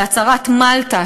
בהצהרת מלטה,